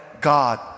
God